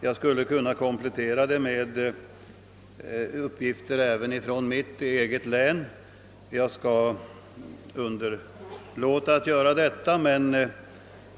Jag skulle kunna komplettera dem med uppgifter även från mitt eget län, men jag skall avstå från att göra det.